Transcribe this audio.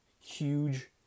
huge